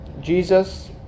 Jesus